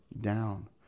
down